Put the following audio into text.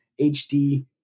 HD